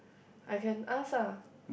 I can ask ah